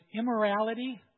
immorality